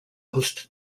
host